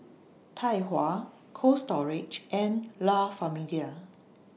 Tai Hua Cold Storage and La Famiglia